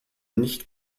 nicht